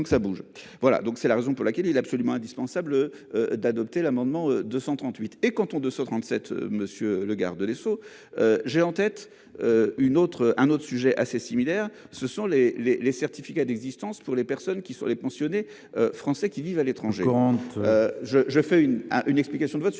Voilà donc c'est la raison pour laquelle il est absolument indispensable d'adopter l'amendement 238 et cantons de 137 monsieur le garde des Sceaux. J'ai en tête. Une autre, un autre sujet assez similaire ce sont les les les certificats d'existence pour les personnes qui sont les pensionnés français qui vivent à l'étranger rentre je je fais une à une explication de vote sur le deuxième